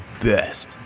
best